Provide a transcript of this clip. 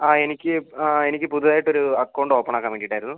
ആ എനിക്ക് എനിക്ക് പുതിയതായിട്ട് ഒരു അക്കൗണ്ട് ഓപ്പൺ ആക്കാൻ വേണ്ടിയിട്ടായിരുന്നു